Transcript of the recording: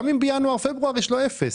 גם אם בינואר-פברואר יש לו אפס.